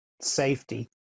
safety